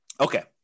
Okay